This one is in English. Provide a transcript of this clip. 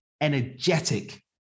energetic